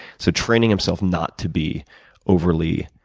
so training himself not to be overly